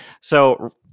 So-